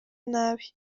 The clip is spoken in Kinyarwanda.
nabi